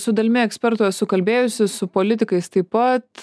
su dalimi ekspertų esu kalbėjusi su politikais taip pat